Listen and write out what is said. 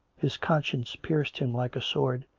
his conscience pierced him like a sword.